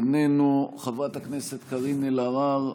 איננו, חברת הכנסת קארין אלהרר,